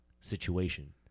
situation